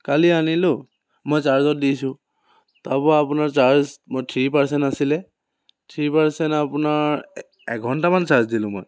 কালি আনিলো মই চাৰ্জত দিছো তাৰপৰা আপোনাৰ চাৰ্জ মই থ্ৰী পাৰ্চেণ্ট আছিলে থ্ৰী পাৰ্চেণ্ট আপোনাৰ এঘণ্টামান চাৰ্জ দিলো মই